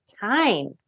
time